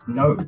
no